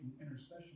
intercession